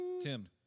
Tim